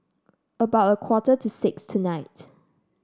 about a quarter to six tonight